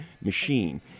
machine